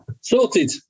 Sorted